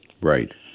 Right